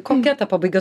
kokia ta pabaiga